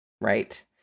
Right